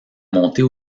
monter